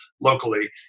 locally